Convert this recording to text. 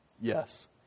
Yes